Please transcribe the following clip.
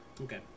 Okay